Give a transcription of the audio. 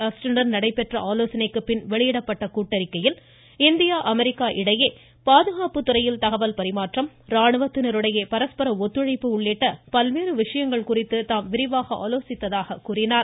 ஆஸ்டினுடன் நடைபெற்ற ஆலோசனைக்குப் பின் வெளியிடப்பட்ட கூட்டறிக்கையில் இந்தியா அமெரிக்கா இடையே பாதுகாப்பு துறையில் தகவல் பரிமாற்றம் ராணுவத்தினரிடையே பரஸ்பர ஒத்துழைப்பு உள்ளிட்ட பல்வேறு விசயங்கள் குறித்து விரிவாக ஆலோசிக்கப்பட்டதாக கூறினார்